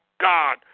God